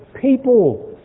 people